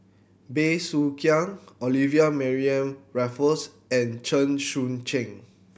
Bey Soo Khiang Olivia Mariamne Raffles and Chen Sucheng